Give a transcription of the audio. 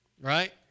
right